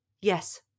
Yes